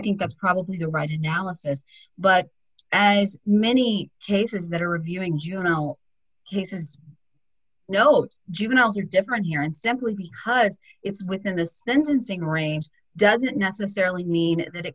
think that's probably the right analysis but as many cases that are reviewing juvenile he says no juveniles are different here and simply because it's within the sentencing range doesn't necessarily mean that